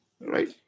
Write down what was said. right